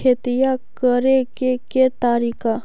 खेतिया करेके के तारिका?